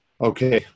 Okay